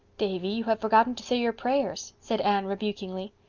davy, you have forgotten to say your prayers, said anne rebukingly.